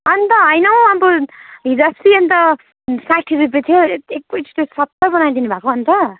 अन्त होइन हौ अब हिजोअस्ति अन्त साठी रुपियाँ थियो एकैचोटि सत्तर बनाइदिनु भएको अन्त